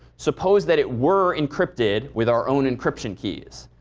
suppose that it were encrypted with our own encryption keys.